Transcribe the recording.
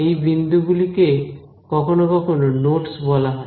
এই বিন্দুগুলি কে কখনো কখনো নোডস বলা হয়